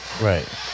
Right